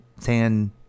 San